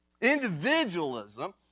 Individualism